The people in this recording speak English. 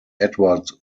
edward